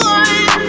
one